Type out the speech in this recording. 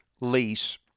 lease